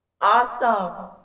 Awesome